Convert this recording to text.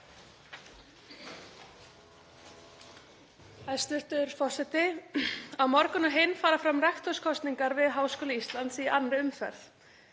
Hæstv. forseti. Á morgun og hinn fara fram rektorskosningar við Háskóla Íslands í annarri umferð.